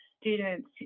students